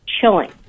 chilling